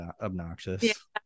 obnoxious